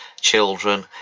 children